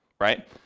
right